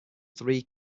three